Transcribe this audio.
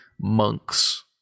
monks